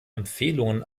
empfehlungen